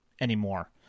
anymore